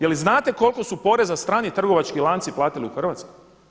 Je li znate koliko su poreza strani trgovački lanci platili u Hrvatskoj?